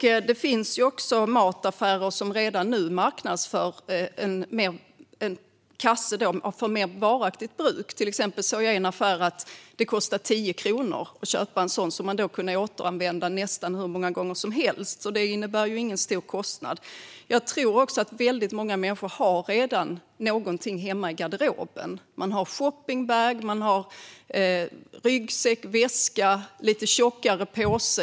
Det finns mataffärer som redan nu marknadsför en kasse för mer varaktigt bruk. Jag såg till exempel i en affär att det kostar 10 kronor att köpa en sådan som man kan återanvända nästan hur många gånger som helst. Det innebär ingen stor kostnad. Jag tror också att väldigt många människor redan har någonting hemma i garderoben. De har shoppingbag, ryggsäck, väska eller lite tjockare påse.